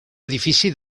edifici